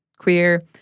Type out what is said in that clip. queer